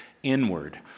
Inward